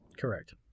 Correct